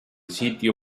sitio